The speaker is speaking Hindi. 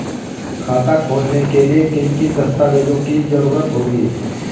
खाता खोलने के लिए किन किन दस्तावेजों की जरूरत होगी?